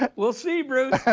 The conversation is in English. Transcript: but we'll see, bruce.